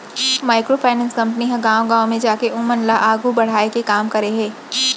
micro finance company ह गाँव गाँव म जाके ओमन ल आघू बड़हाय के काम करे हे